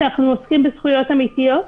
אנחנו עוסקים בזכויות אמיתיות,